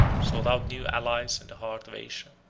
sought out new allies in the heart of asia.